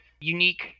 unique